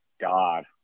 god